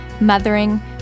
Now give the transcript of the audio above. mothering